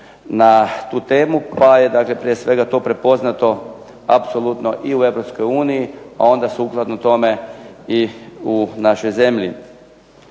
na tu temu koja je prije svega to prepoznato apsolutno i u Europskoj uniji, a onda sukladno tome i u našoj zemlji.